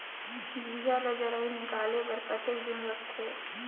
बीजा ला जराई निकाले बार कतेक दिन रखथे?